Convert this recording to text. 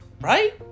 Right